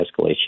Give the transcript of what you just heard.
escalation